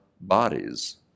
bodies